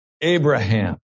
Abraham